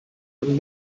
man